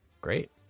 Great